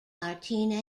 martina